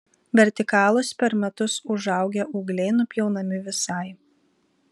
vertikalūs per metus užaugę ūgliai nupjaunami visai